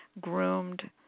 groomed